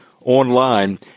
online